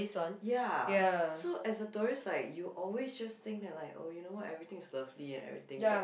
ya so as a tourist like you always just think that like oh you know what everything is lovely and everything but